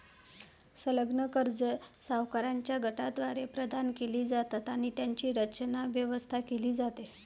संलग्न कर्जे सावकारांच्या गटाद्वारे प्रदान केली जातात आणि त्यांची रचना, व्यवस्था केली जाते